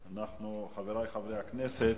חברי חברי הכנסת,